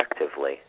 effectively